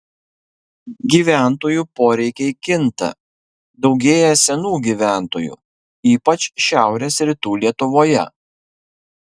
gyventojų poreikiai kinta daugėja senų gyventojų ypač šiaurės rytų lietuvoje